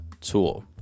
tool